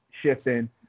shifting